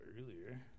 earlier